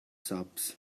shops